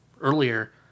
earlier